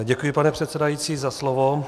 Děkuji, pane předsedající, za slovo.